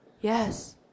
Yes